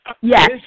Yes